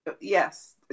yes